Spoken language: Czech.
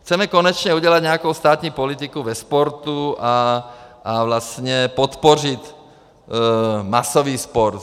Chceme konečně udělat nějakou státní politiku ve sportu a vlastně podpořit masový sport.